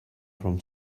from